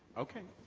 okay.